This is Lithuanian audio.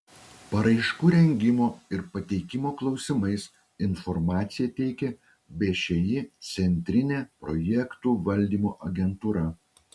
paraiškų rengimo ir pateikimo klausimais informaciją teikia všį centrinė projektų valdymo agentūra